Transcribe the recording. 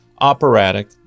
operatic